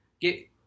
Get